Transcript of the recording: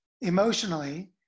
emotionally